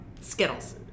Skittles